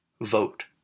vote